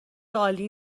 عالی